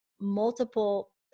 multiple